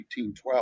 1812